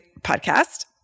podcast